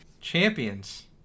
Champions